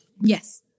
Yes